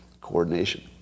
Coordination